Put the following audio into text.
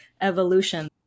evolution